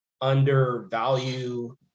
undervalue